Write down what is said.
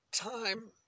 time